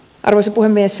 arvoisa puhemies